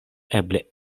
eble